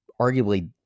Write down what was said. arguably